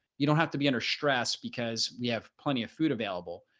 you don't have to be under stress because we have plenty of food available.